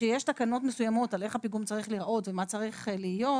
כשיש תקנות מסוימות על איך הפיגום צריך להיראות ומה צריך להיות,